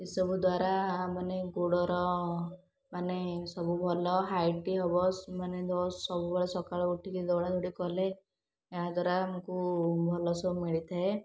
ଏସବୁ ଦ୍ୱାରା ମାନେ ଗୋଡ଼ର ମାନେ ସବୁ ଭଲ ହାଇଟ୍ ହେବ ସ ମାନେ ସବୁବେଳେ ସକାଳୁ ଉଠିକି ଦୌଡ଼ାଦୌଡ଼ି କଲେ ଏହା ଦ୍ୱାରା ଆମୁକୁ ଭଲ ସବୁ ମିଳିଥାଏ